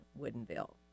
Woodenville